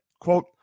Quote